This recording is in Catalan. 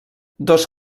dos